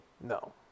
No